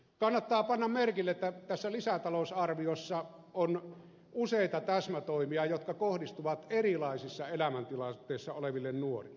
kannattaa panna merkille että tässä lisätalousarviossa on useita täsmätoimia jotka kohdistuvat erilaisissa elämäntilanteissa oleviin nuoriin